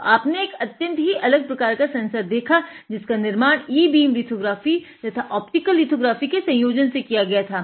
तो आपने एक अत्यंत ही अलग प्रकार का सेंसर देखा जिसका निर्माण ई बीम लिथो ग्राफी तथा ऑप्टिकल लिथो ग्राफी के संयोजन से किया गया था